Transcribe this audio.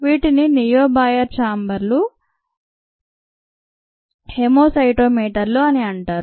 వీటిని నియోబాయర్ ఛాంబర్లు హెమోసైటోమీటర్లు అని అంటారు